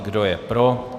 Kdo je pro?